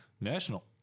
National